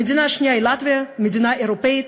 המדינה השנייה היא לטביה, מדינה אירופית.